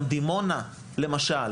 גם דימונה למשל.